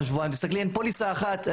תסתכלי, אין פוליסה אחת.